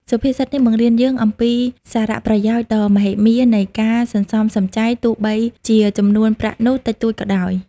សុភាសិតនេះបង្រៀនយើងអំពីសារៈប្រយោជន៍ដ៏មហិមានៃការសន្សំសំចៃ ទោះបីជាចំនួនប្រាក់នោះតិចតួចក៏ដោយ។